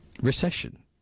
recession